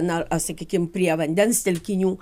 na a sakykim prie vandens telkinių